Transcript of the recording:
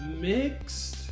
mixed